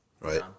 right